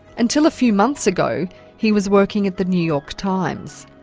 until a few months ago he was working at the new york times.